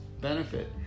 Benefit